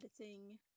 editing